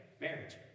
Marriage